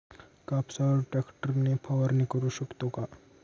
कापसावर ट्रॅक्टर ने फवारणी करु शकतो का?